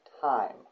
time